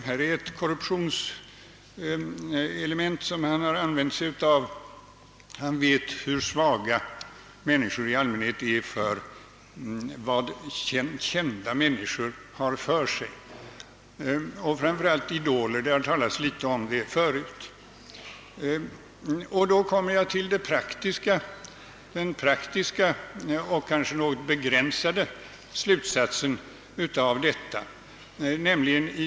Han har därför använt sig av ett korruptionselement, eftersom han vet hur svaga människor i allmänhet är för vad kända personer har för sig, framför allt idoler. Det har talats litet om den saken redan tidigare. Jag kommer här till en praktisk och kanske något begränsad slutsats av detta.